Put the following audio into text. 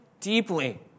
deeply